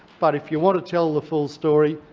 but if you want to tell the fully story,